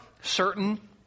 certain